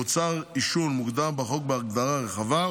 מוצר עישון מוגדר בחוק בהגדרה רחבה,